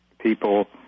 people